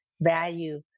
value